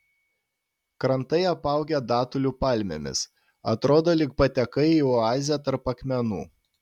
krantai apaugę datulių palmėmis atrodo lyg patekai į oazę tarp akmenų